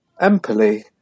Empoli